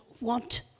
want